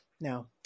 no